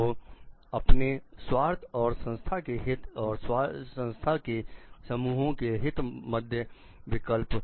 और अपने स्वार्थ और संस्था के हित और संस्था के समूहों के हित मध्य विकल्प